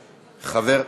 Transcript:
חסון.